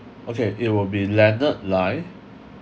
okay it will be leonard Lai